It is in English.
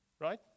Right